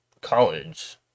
college